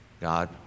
God